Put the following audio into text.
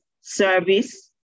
service